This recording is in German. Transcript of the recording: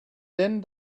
denn